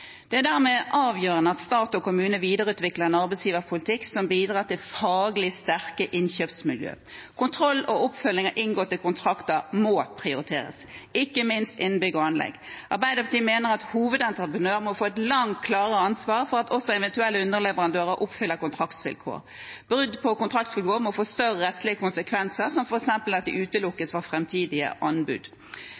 Det er dermed avgjørende at stat og kommune videreutvikler en arbeidsgiverpolitikk som bidrar til faglig sterke innkjøpsmiljø. Kontroll og oppfølging av inngåtte kontrakter må prioriteres, ikke minst innen bygg og anlegg. Arbeiderpartiet mener at hovedentreprenør må få et langt klarere ansvar for at også eventuelle underleverandører oppfyller kontraktsvilkår. Brudd på kontraktsvilkår må få større rettslige konsekvenser, som f.eks. at de